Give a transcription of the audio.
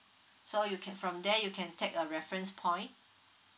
so you can from there you can take a reference's point